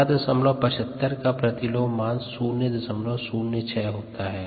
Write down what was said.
1675 का प्रतिलोम मान 006 होता है